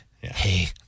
Hey